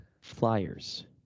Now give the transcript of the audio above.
Flyers